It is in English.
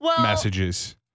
messages